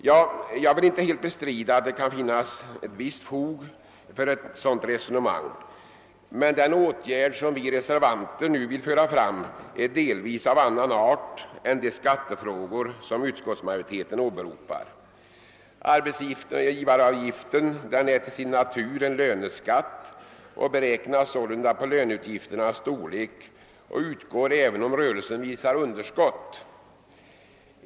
Jag vill inte bestrida att det kan finnas visst fog för ett dylikt resonemang, men den åtgärd vi reservanter talar för är av delvis annan art än de skattefrågor som utskottsmajoriteten åberopar. Arbetsgivaravgiften är till sin natur en löneskatt och beräknas sålunda på löneutgiftens storlek samt utgår även om rörelsen visar underskott.